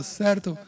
certo